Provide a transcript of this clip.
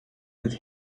with